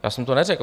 Já jsem to neřekl.